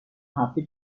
هفته